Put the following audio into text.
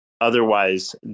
Otherwise